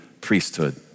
priesthood